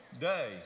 day